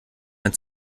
wenn